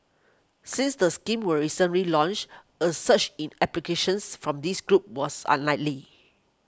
since the scheme were recently launched a surge in applications from this group was unlikely